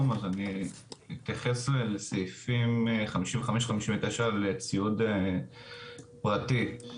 אז אני אתייחס לסעיפים 55-59 לציוד פרטי,